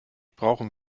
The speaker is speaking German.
brauchen